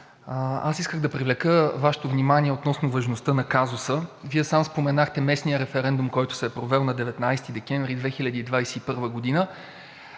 Аз исках да привлека Вашето внимание относно важността на казуса. Вие сам споменахте местния референдум, който се е провел на 19 декември 2021 г.